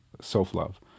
self-love